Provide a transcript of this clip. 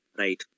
right